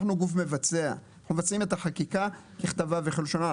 אנחנו גוף מבצע ואנחנו מבצעים את החקיקה ככתבה וכלשונה.